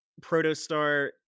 protostar